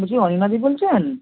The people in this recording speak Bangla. বলছি অণিমাদি বলছেন